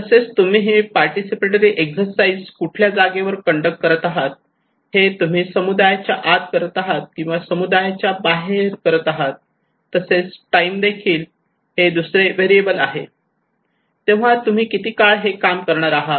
तसेच तुम्ही ही पार्टिसिपेटरी एक्सरसाइज कुठल्या जागेवर कंडक्ट करत आहात हे तुम्ही समुदायाच्या आत करत आहात किंवा समुदायाच्या बाहेर करत आहात तसेच टाईम हे देखील दुसरे व्हेरिएबल आहे तेव्हा तुम्ही किती काळ हे काम करणार आहात